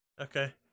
Okay